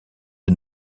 est